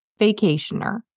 vacationer